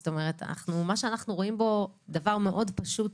מה שאנחנו רואים בו דבר מאד פשוט